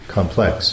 complex